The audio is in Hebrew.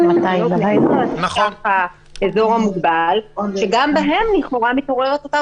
לגבי האזור המוגבל מתעוררת לכאורה אותה